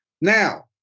Now